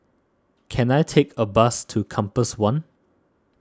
can I take a bus to Compass one